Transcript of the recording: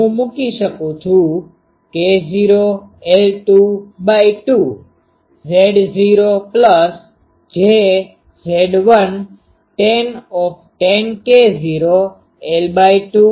તો હું મૂકી શકું છું K0l22Z0jZ1tan K0 l2K0 l2 ભાગ્યા 2 Z0 વત્તા J Z1 tan K0 l2